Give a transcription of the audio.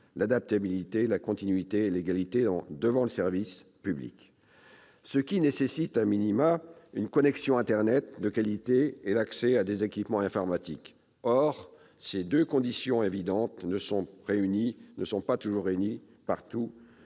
l'adaptabilité, la continuité et l'égalité devant le service public », ce qui nécessite une connexion internet de qualité et l'accès à des équipements informatiques. Or ces deux conditions évidentes ne sont pas réunies partout-